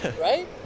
Right